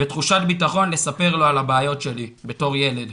ותחושת ביטחון לספר לו על הבעיות שלי בתור ילד.